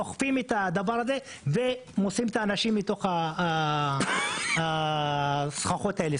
אוכפים את הדבר הזה ומוציאים את האנשים מתוך הסככות האלה,